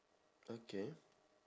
okay